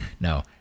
no